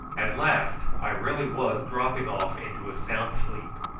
at last i really was dropping off into a sound sleep,